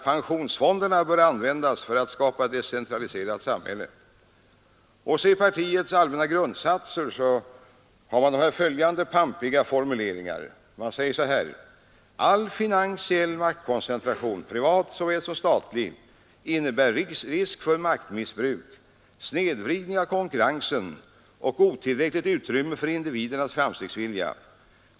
Pensionsfonderna bör användas för att skapa ett decentraliserat samhälle.” Partiprogrammet uttrycker partiets grundsatser i dessa pampiga ”All finansiell maktkoncentration, privat såväl som statlig, innebär risk för maktmissbruk, snedvridning av konkurrensen och otillräckligt utrymme för individernas framstegsvilja.